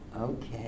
okay